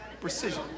precision